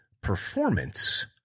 performance